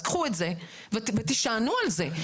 אז קחו את זה ותישענו על זה.